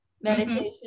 meditation